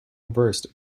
versed